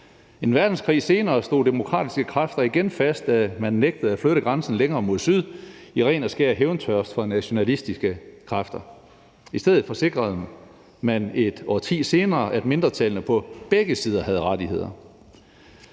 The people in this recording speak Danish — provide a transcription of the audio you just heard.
En verdenskrig senere stod demokratiske kræfter igen fast, da man nægtede at flytte grænsen længere mod syd i ren og skær hævntørst fra nationalistiske kræfter. I stedet forsikrede man et årti senere, at mindretallene på begge sider havde rettigheder.